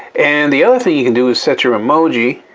and the other thing you can do is set your emoji.